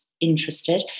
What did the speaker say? interested